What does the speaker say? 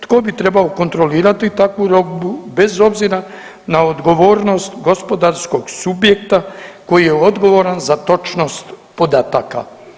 Tko bi trebao kontrolirati takvu robu bez obzira na odgovornost gospodarskog subjekta koji je odgovoran za točnost podataka?